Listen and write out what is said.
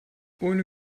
ohne